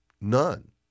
None